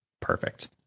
Perfect